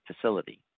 facility